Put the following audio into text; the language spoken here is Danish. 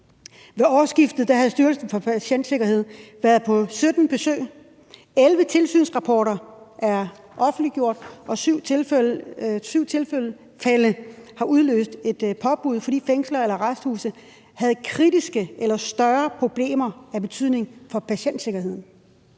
Ved årsskiftet havde Styrelsen for Patientsikkerhed været på 17 besøg; 11 tilsynsrapporter er offentliggjort, og 7 tilfælde har udløst et påbud, fordi fængsler eller arresthuse havde kritiske eller større problemer af betydning for patientsikkerheden.